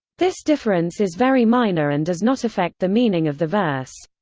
this difference is very minor and does not affect the meaning of the verse.